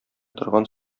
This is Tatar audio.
торган